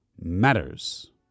matters